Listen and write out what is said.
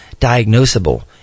diagnosable